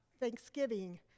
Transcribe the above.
Thanksgiving